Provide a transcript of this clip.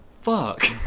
Fuck